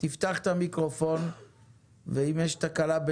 אם יש תקלה,